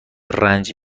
رنج